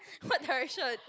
what direction